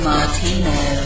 Martino